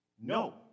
no